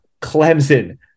Clemson